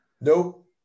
Nope